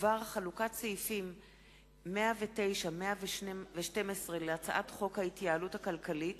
בדבר חלוקת סעיפים 109 112 להצעת חוק ההתייעלות הכלכלית